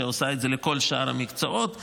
שעושה את זה לכל שאר המקצועות.